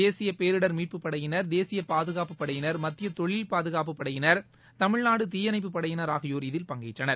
தேசிய பேரிடர் மீட்புப் படையினர் தேசிய பாதுகாப்புப் படையினர் மத்திய தொழில் பாதுகாப்புப் படையினர் தமிழ்நாடு தீயணைப்புப் படையினர் ஆகியோர் இதில் பங்கேற்றனர்